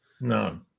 no